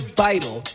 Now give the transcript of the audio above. vital